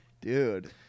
dude